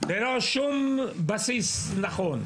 וזה היה ללא שום בסיס נכון.